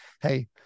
Hey